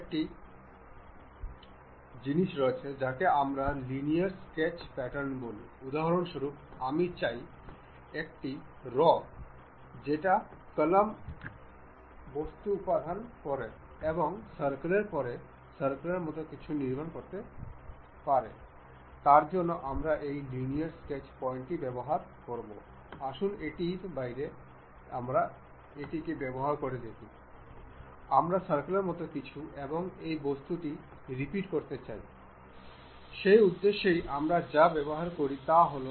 সুতরাং এখন এটি সেন্টারে রয়ে গেছে এবং এটি স্লটের মধ্যে চলতে মুক্ত এবং অন্যান্য ডিগ্রী এখন সীমাবদ্ধ হয়ে পড়েছে এবং এটি একে অপরের কাছে যেতে পারে না